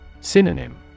Synonym